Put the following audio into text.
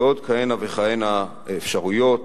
ועוד כהנה וכהנה אפשרויות,